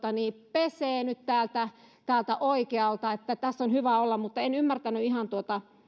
pesee nyt täältä täältä oikealta tässä on hyvä olla mutta en ymmärtänyt ihan tuota